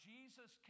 Jesus